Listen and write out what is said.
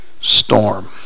storm